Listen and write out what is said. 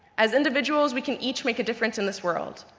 as individuals, we can each make a difference in this world.